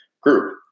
group